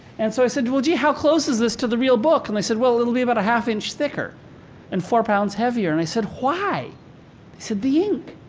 and so i said, well, gee, how close is this to the real book? and they said, well, it'll be about a half-inch thicker and four pounds heavier. and i said, why? they said, the ink.